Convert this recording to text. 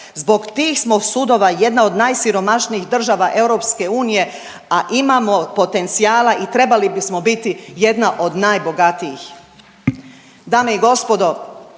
zbog tih smo sudova jedna od najsiromašnijih država EU, a imamo potencijala i trebali bismo biti jedna od najbogatijih.